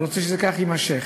רוצה שכך זה יימשך.